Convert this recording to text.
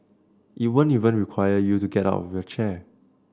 it won't even require you to get out of your chair